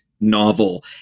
novel